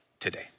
today